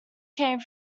came